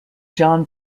john